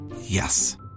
Yes